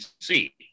see